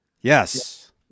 Yes